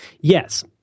Yes